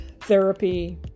therapy